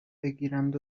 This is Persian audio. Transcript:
بگیرند